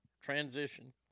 transition